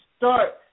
Start